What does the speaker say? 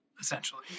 essentially